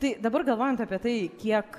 tai dabar galvojant apie tai kiek